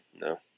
No